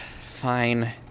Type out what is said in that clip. Fine